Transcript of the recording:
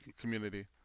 community